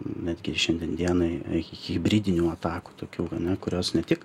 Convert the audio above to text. netgi šiandien dienai hibridinių atakų tokių gana kurios ne tik